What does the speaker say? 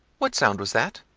what sound was that?